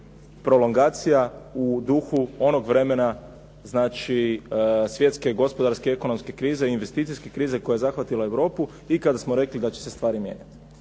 prolongacija u duhu onog vremena znači svjetske gospodarske i ekonomske krize, i investicijske krize koja je zahvatila Europu i kada smo rekli da će se stvari mijenjati.